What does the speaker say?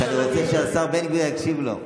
שאני רוצה שהשר בן גביר יקשיבו לו.